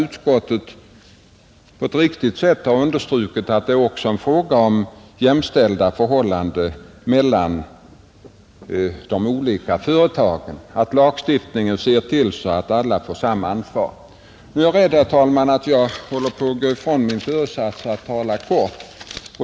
Utskottet har enligt min mening helt riktigt understrukit att det här är en fråga om att skapa jämställda förhållanden mellan de olika företagen, dvs, att lagstiftningen ser till att alla får samma ansvar. Jag är rädd, herr talman, att jag håller på att gå ifrån min föresats att tala kort.